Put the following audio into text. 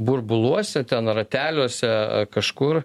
burbuluose ten rateliuose kažkur